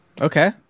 Okay